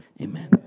amen